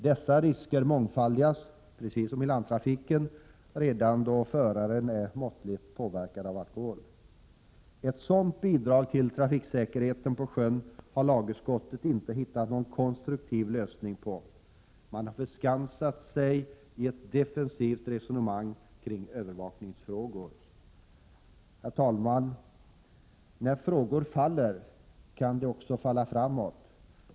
Dessa risker mångfaldigas, precis som i landtrafiken, redan då föraren är måttligt påverkad av alkohol. En sådan konstruktiv lösning beträffande trafiksäkerheten på sjön har utskottet inte velat bidra till. Man har förskansat sig i ett defensivt resonemang kring övervakningsfrågor. Herr talman! När frågor faller kan de också falla framåt.